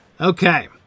Okay